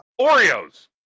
Oreos